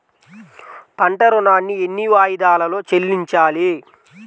పంట ఋణాన్ని ఎన్ని వాయిదాలలో చెల్లించాలి?